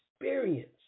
experience